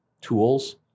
tools